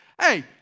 hey